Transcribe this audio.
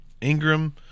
Ingram